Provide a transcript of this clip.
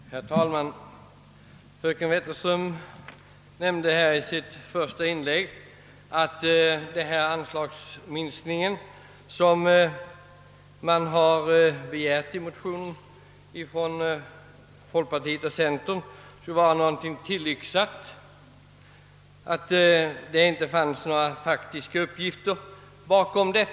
Herr talman! Fröken Wetterström sade i sitt första anförande, att den an slagsminskning, som begärs i folkpartioch centerpartimotionen, är någonting tillyxat och att det inte finns något faktiskt underlag för kravet.